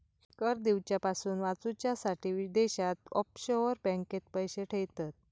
कर दिवच्यापासून वाचूच्यासाठी विदेशात ऑफशोअर बँकेत पैशे ठेयतत